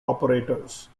operators